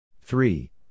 three